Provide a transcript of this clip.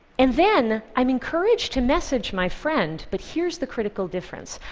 and then i'm encouraged to message my friend, but here's the critical difference.